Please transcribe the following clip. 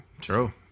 True